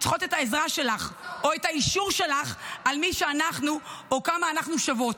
צריכות את העזרה שלך או את האישור שלך על מי שאנחנו או כמה אנחנו שוות,